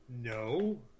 No